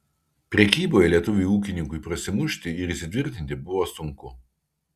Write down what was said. prekyboje lietuviui ūkininkui prasimušti ir įsitvirtinti buvo sunku